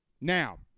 Now